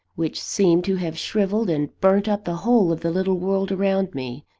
which seemed to have shrivelled and burnt up the whole of the little world around me,